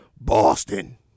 Boston